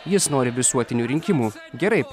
jis nori visuotinių rinkimų gerai